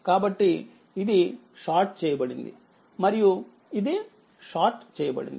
కాబట్టి ఇది షార్ట్ చేయబడింది మరియు ఇది షార్ట్ చేయబడింది